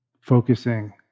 focusing